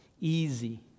easy